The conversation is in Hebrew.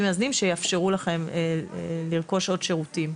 מאזנים שיאפשרו לכם לרכוש עוד שירותים.